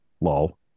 lol